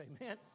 Amen